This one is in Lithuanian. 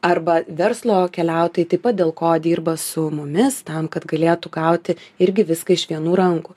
arba verslo keliautojai taip pat dėl ko dirba su mumis tam kad galėtų gauti irgi viską iš vienų rankų